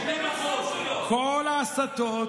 70%. כל ההסתות,